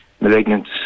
malignant